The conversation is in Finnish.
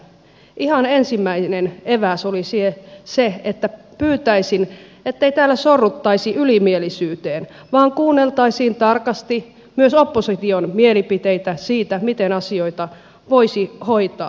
ihan ensimmäinen eväs olisi se että pyytäisin ettei täällä sorruttaisi ylimielisyyteen vaan kuunneltaisiin tarkasti myös opposition mielipiteitä siitä miten asioita voisi hoitaa